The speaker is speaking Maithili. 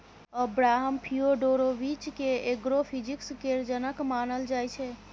अब्राहम फियोडोरोबिच केँ एग्रो फिजीक्स केर जनक मानल जाइ छै